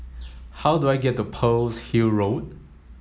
how do I get to Pearl's Hill Road